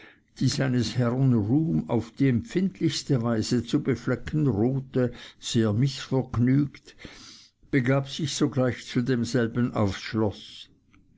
die seines herrn ruhm auf die empfindlichste weise zu beflecken drohete sehr mißvergnügt begab sich sogleich zu demselben aufs schloß